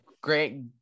great